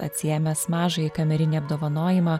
atsiėmęs mažąjį kamerinį apdovanojimą